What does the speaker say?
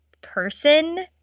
person